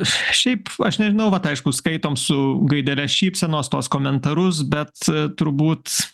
šiaip aš nežinau vat aišku skaitom su gaidele šypsenos tuos komentarus bet turbūt